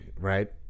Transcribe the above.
right